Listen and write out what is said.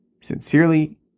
sincerely